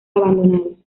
abandonados